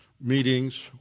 Meetings